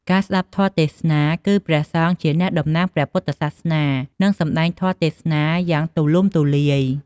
ការស្ដាប់ធម៌ទេសនា គឺព្រះសង្ឃជាអ្នកតំណាងព្រះពុទ្ធសាសនា នឹងសម្ដែងធម៌ទេសនាយ៉ាងទូលំទូលាយ។